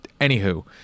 anywho